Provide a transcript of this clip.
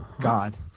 God